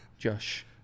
Josh